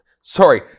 sorry